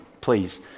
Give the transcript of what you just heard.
please